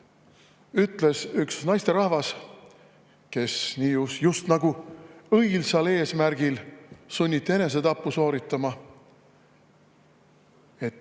ütles üks naisterahvas, kes just nagu õilsal eesmärgil sunniti enesetappu sooritama, et